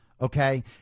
okay